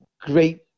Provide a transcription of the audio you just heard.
great